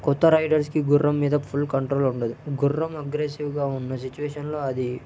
కొత్త రైడర్స్కి గుర్రం మీద ఫుల్ కంట్రోల్ ఉండదు గుర్రం అగ్రెసివ్గా ఉన్న సిచువేషన్లో అది